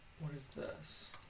is this